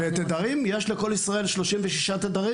ותדרים, יש לקול ישראל 36 תדרים.